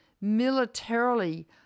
militarily